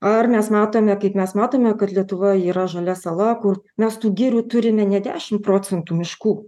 ar mes matome kaip mes matome kad lietuva yra žalia sala kur mes tų girių turime ne dešimt procentų miškų